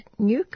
Nuke